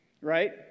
right